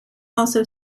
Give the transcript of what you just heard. also